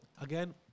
again